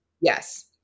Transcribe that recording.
Yes